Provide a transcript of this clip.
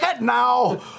now